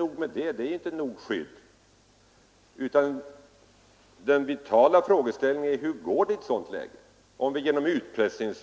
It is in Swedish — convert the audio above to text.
Det räcker inte med detta, det är inte tillräckligt skydd eller valfrihet. Den vitala frågeställningen är: Hur går det om vi genom utpressning,